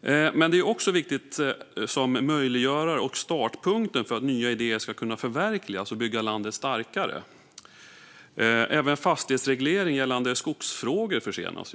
Det är också viktigt som möjliggörare och startpunkt för att nya idéer ska kunna förverkligas och landet byggas starkare. Man ska heller inte glömma att även fastighetsreglering gällande skogsfrågor försenas.